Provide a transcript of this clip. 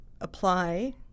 apply